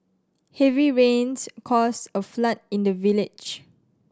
heavy rains caused a flood in the village